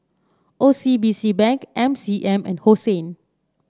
O C B C Bank M C M and Hosen